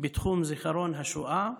בתחום זיכרון השואה,